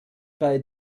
bei